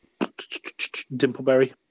Dimpleberry